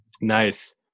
Nice